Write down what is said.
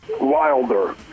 wilder